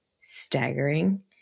staggering